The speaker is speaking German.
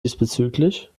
diesbezüglich